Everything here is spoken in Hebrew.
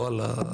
לא על,